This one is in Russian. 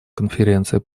конференции